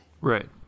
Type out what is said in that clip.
Right